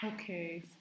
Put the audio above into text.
Okay